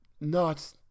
not—